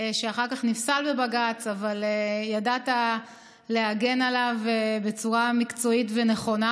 שאחר כך נפסל בבג"ץ שידעת להגן עליו בצורה מקצועית ונכונה.